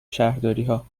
شهرداریها